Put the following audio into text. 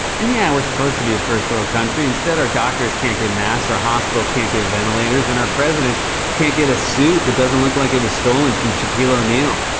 and yeah, we're supposed to be a first world country. instead, our doctors can't get masks, our hospitals can't get ventilators, and our president can't get a suit that doesn't look like it was stolen from shaquille o'neal.